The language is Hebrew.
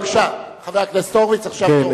בבקשה, חבר הכנסת הורוביץ, עכשיו תורך.